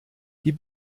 die